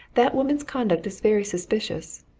that woman's conduct is very suspicious.